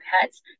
pets